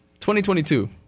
2022